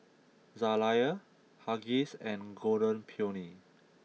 Zalia Huggies and Golden Peony